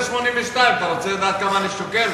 1.82. אתה רוצה לדעת כמה אני שוקל?